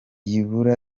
ibura